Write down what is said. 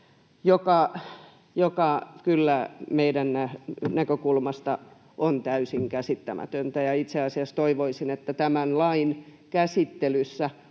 mikä kyllä meidän näkökulmastamme on täysin käsittämätöntä, ja itse asiassa toivoisin, että tämän lain käsittelyssä